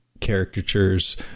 caricatures